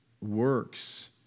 works